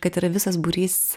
kad yra visas būrys